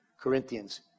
Corinthians